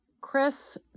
Chris